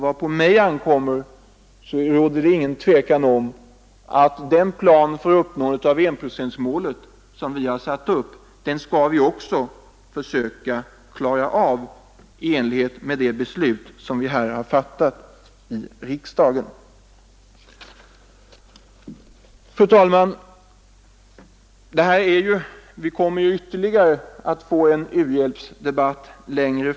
Vad på mig ankommer råder det ingen tvekan om att den plan för uppnående av enprocentsmålet som vi har satt upp skall försöka klaras av i enlighet med det beslut som vi har fattat i riksdagen.